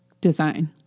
Design